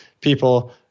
people